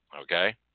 Okay